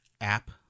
app